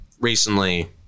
recently